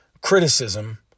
criticism